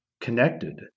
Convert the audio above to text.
Connected